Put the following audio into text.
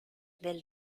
del